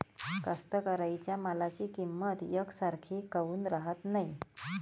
कास्तकाराइच्या मालाची किंमत यकसारखी काऊन राहत नाई?